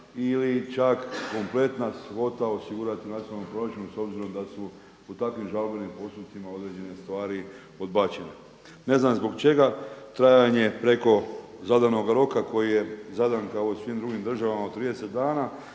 ili čak kompletna svota osigurati u nacionalnom proračunu s obzirom da su u takvim žalbenim postupcima određene stvari odbačene. Ne znam zbog čega trajanje preko zadanog roka koji je zadan kao u svim drugim državama od 30 dana.